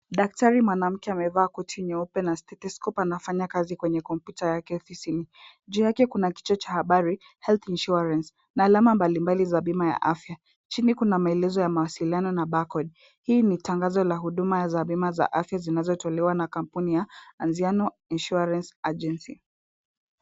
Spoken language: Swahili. Daktari mwanamke amevaa koti nyeupe na stetoskopu anafanya kazi kwenye kompyuta yake. Juu yake kuna kichwa cha habari Health insurance na alama mbalimbali za bima ya afya. Chini kuna maelezo ya mawasiliano na balkoni. Hii ni tangazo la huduma za bima za afya zinazotolewa na kampuni ya Anziano Insurance Agency.